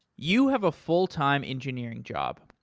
you have a full time engineering job.